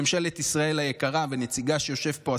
ממשלת ישראל היקרה ונציגה שיושב פה,